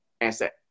asset